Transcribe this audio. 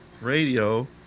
radio